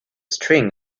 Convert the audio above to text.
string